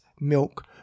milk